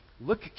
Look